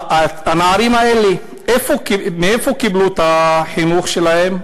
הנערים האלה, איפה קיבלו את החינוך שלהם,